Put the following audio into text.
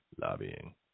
Lobbying